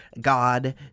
God